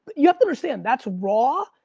you have to understand, that's raw,